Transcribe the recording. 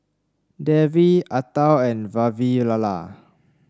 Devi Atal and Vavilala